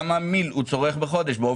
כמה מיליליטר בממוצע צורך כל לקוח בחודש.